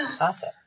Awesome